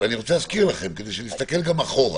אני רוצה להזכיר לכם, כדי שנסתכל גם אחורה